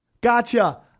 Gotcha